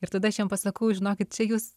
ir tada aš jiem pasakau žinokit čia jūs